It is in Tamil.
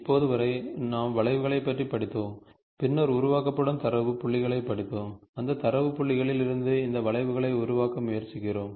இப்போது வரை நான் வளைவுகளைப் பற்றி படித்தோம் பின்னர் உருவாக்கப்படும் தரவு புள்ளிகளைப் படித்தோம் அந்த தரவு புள்ளிகளிலிருந்து இந்த வளைவுகளை உருவாக்க முயற்சிக்கிறோம்